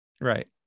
Right